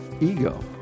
ego